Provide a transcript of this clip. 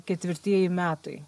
ketvirtieji metai